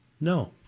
No